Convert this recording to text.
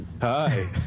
Hi